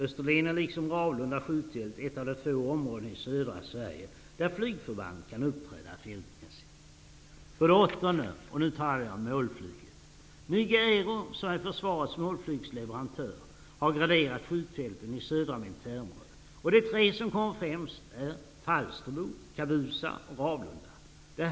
Österlen är liksom Ravlunda skjutfält ett av de få områden i södra Sverige, där flygförband kan uppträda fältmässigt.'' För det åttonde: Målflyget. Nyge Aero, som är försvarets målflygsleverantör, har graderat skjutfälten i Södra militärområdet, och de tre som kommer främst är Falsterbo, Kabusa och Ravlunda.